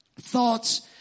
thoughts